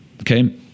okay